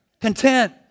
content